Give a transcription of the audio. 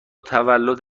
تولد